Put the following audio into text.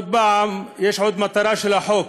יש עוד מטרה של החוק: